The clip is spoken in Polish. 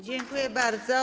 Dziękuję bardzo.